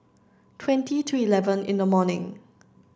twenty to eleven in the morning